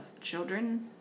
children